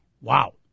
Wow